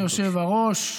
שלום, אדוני היושב-ראש.